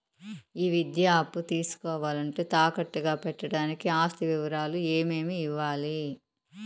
ఈ విద్యా అప్పు తీసుకోవాలంటే తాకట్టు గా పెట్టడానికి ఆస్తి వివరాలు ఏమేమి ఇవ్వాలి?